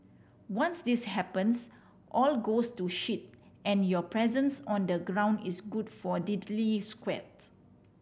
once this happens all goes to shit and your presence on the ground is good for diddly squat